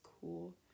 cool